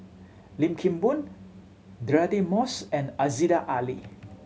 Lim Kim Boon Deirdre Moss and Aziza Ali